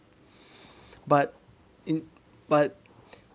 but in but